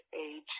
age